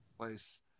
place